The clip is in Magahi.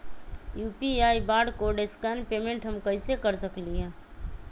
यू.पी.आई बारकोड स्कैन पेमेंट हम कईसे कर सकली ह?